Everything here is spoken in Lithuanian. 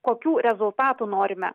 kokių rezultatų norime